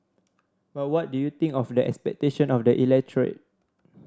but what do you think of the expectation of the electorate